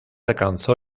alcanzó